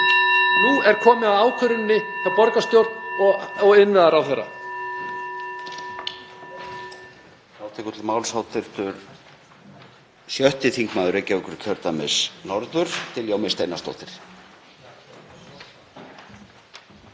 Nú er komið að ákvörðuninni hjá borgarstjórn og innviðaráðherra.